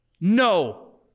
No